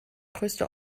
größte